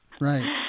right